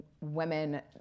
women